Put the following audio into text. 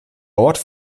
ort